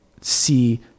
see